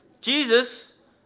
Jesus